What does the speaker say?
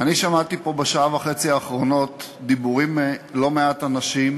אני שמעתי פה בשעה וחצי האחרונה דיבורים מלא-מעט אנשים